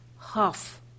half